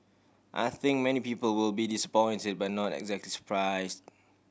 I think many people will be disappointed but not exactly surprise